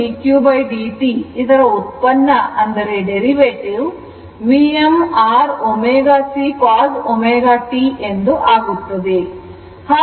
i dqdt ಇದರ ಉತ್ಪನ್ನ Vm r ω C cos ω t ಎಂದು ಆಗುತ್ತದೆ